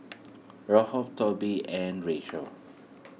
Tobie and Rachel